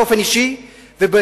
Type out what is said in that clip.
באופן אישי ומפלגתי,